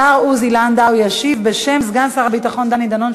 השר עוזי לנדאו ישיב בשם סגן שר הביטחון דני דנון,